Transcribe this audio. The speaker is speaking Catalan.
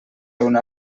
una